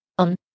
On